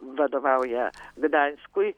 vadovauja gdanskui